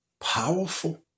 powerful